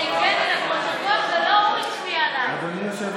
אדוני היושב-ראש,